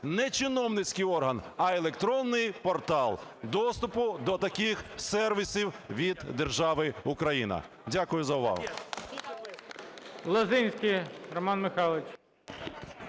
не чиновницький орган, а електронний портал доступу до таких сервісів від держави Україна. Дякую за увагу.